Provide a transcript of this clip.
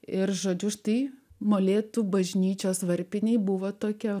ir žodžiu štai molėtų bažnyčios varpinėje buvo tokia